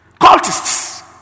cultists